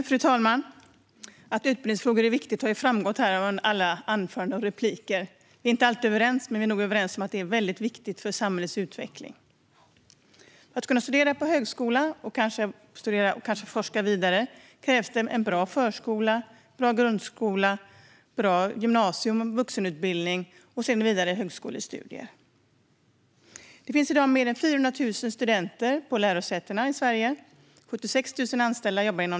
Fru talman! Att utbildningsfrågor är viktiga har framgått av alla anföranden och repliker. Vi är inte alltid överens, men vi är nog överens om att de är viktiga för samhällets utveckling. För att människor ska kunna studera på högskola och kanske forska vidare krävs bra förskola, bra grundskola, bra gymnasieskola och bra vuxenutbildning. Det finns i dag mer än 400 000 studenter på Sveriges lärosäten, och 76 000 är anställda där.